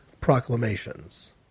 proclamations